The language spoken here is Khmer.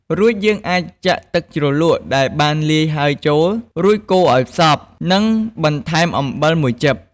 រួចយើងអាចចាក់ទឹកជ្រលក់ដែលបានលាយហើយចូល រួចកូរឱ្យសព្វ និងបន្ថែមអំបិល១ចិប។